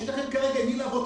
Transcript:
יש לכם כרגע עם מי לעבוד.